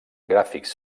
gràfics